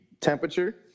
temperature